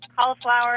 cauliflower